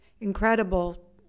incredible